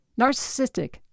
narcissistic